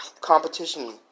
competition